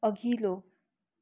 अघिल्लो